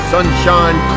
Sunshine